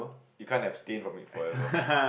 you can't abstain from it forever